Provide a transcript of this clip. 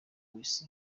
w’isi